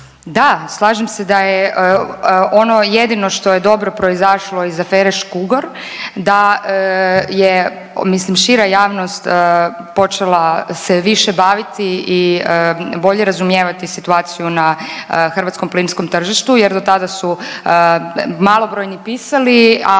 Da, slažem se da je ono jedino što je dobro proizašlo iz afere Škugor da je mislim šira javnost počela se više baviti i bolje razumijevati situaciju na hrvatskom plinskom tržištu jer dotada su malobrojni pisali, a